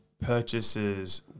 purchases